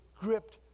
gripped